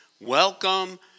welcome